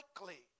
likely